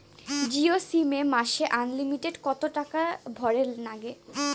Jio sim এ মাসে unlimited কত টাকা ভরের নাগে?